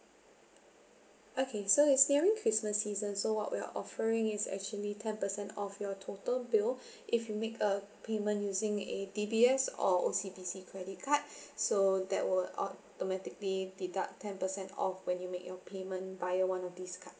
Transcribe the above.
okay so it's nearing christmas season so what we are offering is actually ten percent off your total bill if you make a payment using a D_B_S or O_C_B_C credit card so that will automatically deduct ten percent off when you make your payment via one of these card